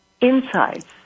insights